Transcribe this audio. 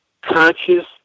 conscious